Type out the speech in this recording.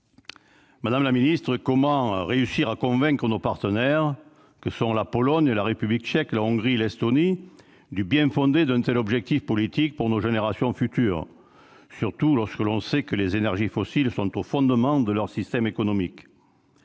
Madame la secrétaire d'État, comment réussir à convaincre nos partenaires que sont la Pologne, la République tchèque, la Hongrie et l'Estonie du bien-fondé d'un tel objectif politique pour nos générations futures ? Surtout quand, nous le savons, les énergies fossiles sont au fondement de leurs systèmes économiques ?